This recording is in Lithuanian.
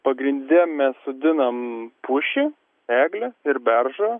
pagrinde mes sodinam pušį eglę ir beržą